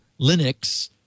Linux